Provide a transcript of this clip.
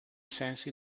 sensi